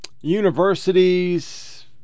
Universities